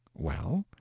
well?